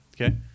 Okay